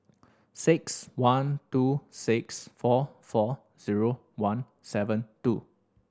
six one two six four four zero one seven two